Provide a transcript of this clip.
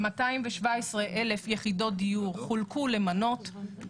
217,000 יחידות הדיור חולקו למנות,